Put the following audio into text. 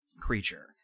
creature